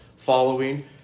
following